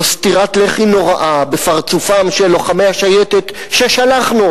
זו סטירת לחי נוראה בפרצופם של לוחמי השייטת ששלחנו